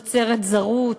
יוצרת זרות,